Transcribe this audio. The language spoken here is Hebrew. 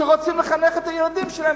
שרוצים לחנך את הילדים שלהם.